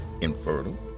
infertile